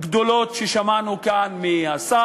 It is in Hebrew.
גדולות ששמענו כאן מהשר,